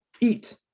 Eat